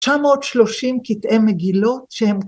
‫930 קטעי מגילות שהם...